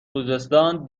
خوزستان